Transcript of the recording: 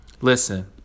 Listen